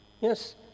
Yes